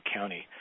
County